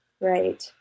Right